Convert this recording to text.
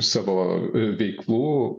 savo veiklų